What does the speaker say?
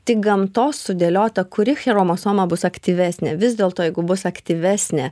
tik gamtos sudėliota kuri chiromosoma bus aktyvesnė vis dėlto jeigu bus aktyvesnė